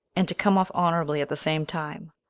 and to come off honorably at the same time.